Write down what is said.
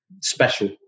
special